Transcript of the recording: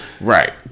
right